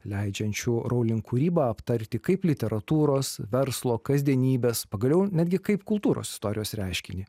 leidžiančių rowling kūrybą aptarti kaip literatūros verslo kasdienybės pagaliau netgi kaip kultūros istorijos reiškinį